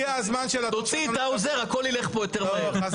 כשהוא התפרץ, לא אמרת לו לשתוק.